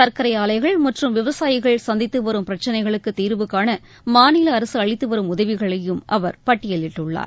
சர்க்கரை ஆலைகள் மற்றும் விவசாயிகள் சந்தித்துவரும் பிரச்சினைகளுக்கு தீர்வுகாண மாநில அரசு அளித்து வரும் உதவிகளையும் அவர் பட்டியலிட்டுள்ளார்